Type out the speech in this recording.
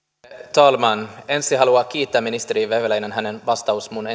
talman ensin haluan kiittää ministeri vehviläistä hänen vastauksestaan minun